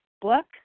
book